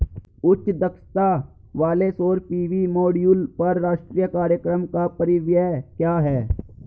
उच्च दक्षता वाले सौर पी.वी मॉड्यूल पर राष्ट्रीय कार्यक्रम का परिव्यय क्या है?